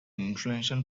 influential